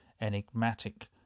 enigmatic